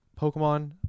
Pokemon